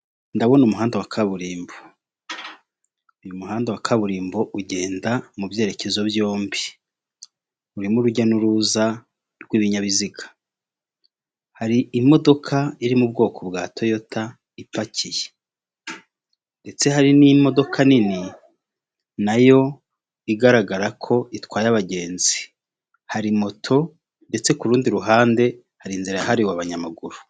Ndabona umuhanda wa kaburimbo, uyu muhanda wa kaburimbo ugenda mu byerekezo byombi. Urimo urujya n'uruza rw'ibinyabiziga hari imodoka iri mu bwoko bwa toyota ipakiye, ndetse hari n'imodoka nini nayo igaragara ko itwaye abagenzi, hari moto ndetse kurundi ruhande hari inzira yahariwe abanyamaguru.